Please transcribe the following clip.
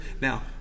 Now